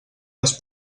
les